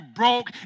broke